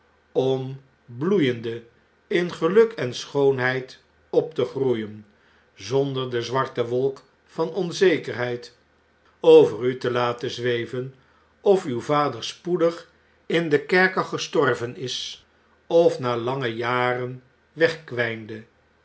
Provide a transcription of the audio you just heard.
om bloeiende in geluk en schoonheid op te groeien zonder de zwarte wolk van onzekerheid over u te laten zweven of uw vader spoedig in den kerker gestorven is of na lange jaren wegkwijnde